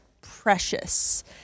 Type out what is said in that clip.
precious